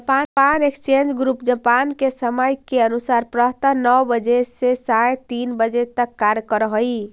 Japan exchange group Japan के समय के अनुसार प्रातः नौ बजे से सायं तीन बजे तक कार्य करऽ हइ